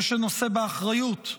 זה שנושא באחריות,